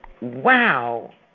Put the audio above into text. Wow